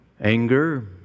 anger